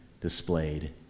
displayed